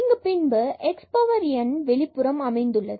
இங்கு பின்பு x power n வெளிப்புறம் அமர்ந்துள்ளது